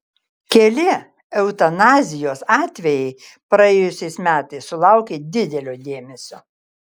keli eutanazijos atvejai praėjusiais metais sulaukė didelio dėmesio